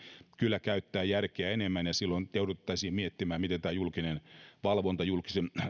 kyllä käyttää järkeä enemmän ja silloin jouduttaisiin miettimään miten tämä julkinen valvonta julkisen